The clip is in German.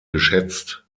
geschätzt